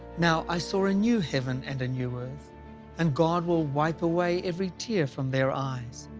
now i saw a new heaven and a new earth and god will wipe away every tear from their eyes.